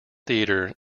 theatre